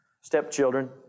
stepchildren